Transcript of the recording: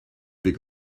big